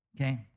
okay